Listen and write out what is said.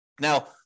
Now